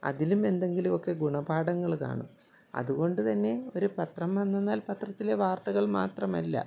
അതിലും എന്തെങ്കിലുമൊക്കെ ഗുണപാഠങ്ങൾ കാണും അതുകൊണ്ടുതന്നെ ഒരു പത്രമെന്നാൽ പത്രത്തിലെ വാർത്തകൾ മാത്രമല്ല